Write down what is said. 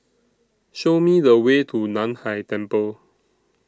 Show Me The Way to NAN Hai Temple